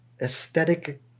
aesthetic